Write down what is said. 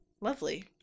Lovely